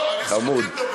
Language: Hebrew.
חמוד.